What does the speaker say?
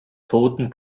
toten